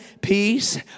peace